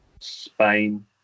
Spain